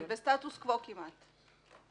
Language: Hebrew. כן, הם בסטטוס-קוו כמעט.